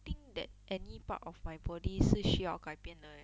think that any part of my body 是需要改变的 leh